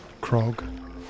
Krog